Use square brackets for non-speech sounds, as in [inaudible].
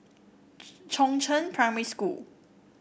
[unintelligible] Chongzheng Primary School